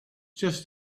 just